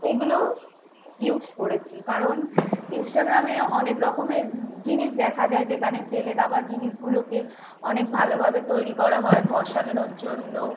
এইগুলো ইউস করেছি কারণ ইনস্ট্রাগ্রামে অনেক রকমের জিনিস দেখা যায় যেকানে ফেলে দেওয়া জিনিসগুলোকে অনেক ভালোভাবে তৈরি করা হয় ঘর সাজানোর জন্য